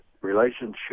relationship